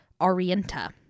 Orienta